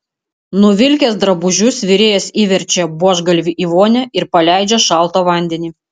nuvilkęs drabužius virėjas įverčia buožgalvį į vonią ir paleidžia šaltą vandenį